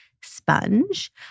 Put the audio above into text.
sponge